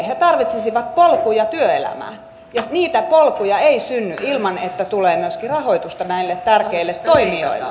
he tarvitsisivat polkuja työelämään ja niitä polkuja ei synny ilman että tulee myöskin rahoitusta näille tärkeille toimijoille